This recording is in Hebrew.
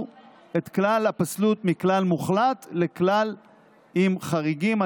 את כלל הפסלות מכלל מוחלט לכלל עם חריגים,